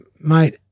mate